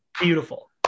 beautiful